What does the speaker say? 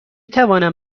توانم